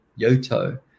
YOTO